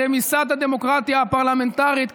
רמיסת הדמוקרטיה הפרלמנטרית,